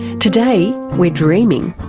today, we're dreaming.